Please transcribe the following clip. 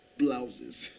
blouses